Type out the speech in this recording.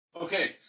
Okay